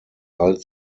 alt